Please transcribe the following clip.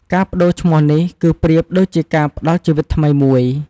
ការប្ដូរឈ្មោះនេះ គឺប្រៀបដូចជាការផ្ដល់ជីវិតថ្មីមួយ។